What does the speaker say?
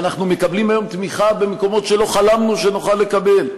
ואנחנו מקבלים היום תמיכה במקומות שלא חלמנו שנוכל לקבל.